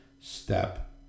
step